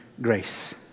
grace